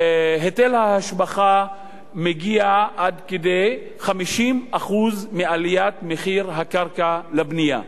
היטל ההשבחה מגיע עד כדי 50% מעליית מחיר הקרקע לבנייה,